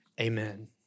amen